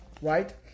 Right